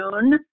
June